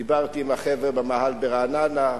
דיברתי עם החבר'ה במאהל ברעננה,